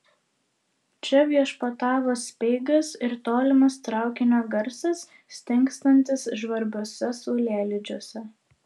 čia viešpatavo speigas ir tolimas traukinio garsas stingstantis žvarbiuose saulėlydžiuose